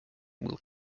will